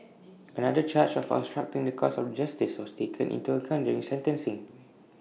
another charge of obstructing the course of justice was taken into account during sentencing